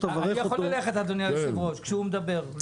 אני יכול ללכת, אדוני היושב-ראש, כשהוא מדבר?